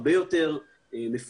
הרבה יותר מפוקח,